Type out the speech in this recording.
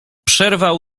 przerwał